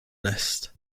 nest